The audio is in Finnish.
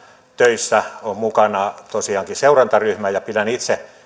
töissä on mukana tosiaankin seurantaryhmä ja pidän itse